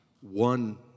one